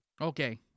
Okay